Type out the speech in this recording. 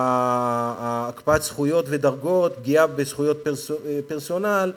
הקפאת זכויות ודרגות, פגיעה בזכויות פרסונל,